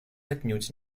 отнюдь